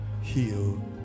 heal